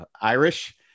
irish